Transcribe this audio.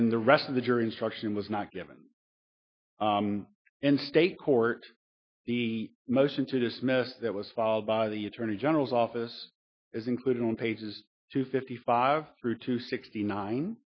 then the rest of the jury instruction was not given in state court the motion to dismiss that was filed by the attorney general's office is included on pages two fifty five through to sixty nine